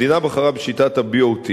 המדינה בחרה בשיטת ה-BOT,